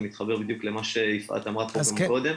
וזה מתחבר בדיוק למה שיפעת אמרה פה קודם.